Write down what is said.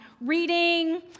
reading